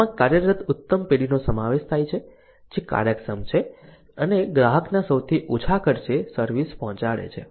આમાં કાર્યરત ઉત્તમ પેઢીનો સમાવેશ થાય છે જે કાર્યક્ષમ છે અને ગ્રાહકના સૌથી ઓછા ખર્ચે સર્વિસ પહોંચાડે છે